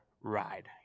ride